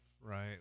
right